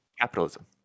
capitalism